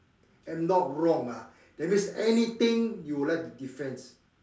am not wrong ah that means anything you like to defense